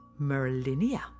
Merlinia